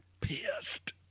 pissed